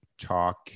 talk